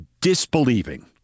disbelieving